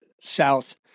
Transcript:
South